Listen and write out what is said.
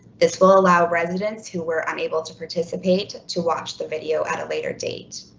this will allow residents who were unable to participate to watch the video at a later date.